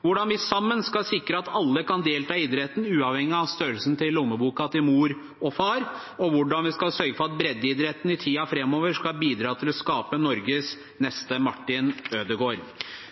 hvordan vi sammen skal sikre at alle kan delta i idretten, uavhengig av størrelsen til lommeboka til mor og far, og hvordan vi skal sørge for at breddeidretten i tiden framover skal bidra til å skape Norges neste Martin Ødegaard.